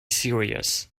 serious